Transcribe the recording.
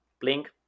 Blink